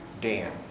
Dan